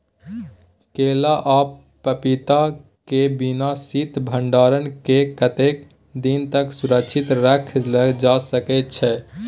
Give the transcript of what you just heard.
केला आ पपीता के बिना शीत भंडारण के कतेक दिन तक सुरक्षित रखल जा सकै छै?